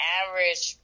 average